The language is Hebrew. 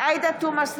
עאידה תומא סלימאן,